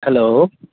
hello